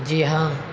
جی ہاں